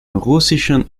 russischen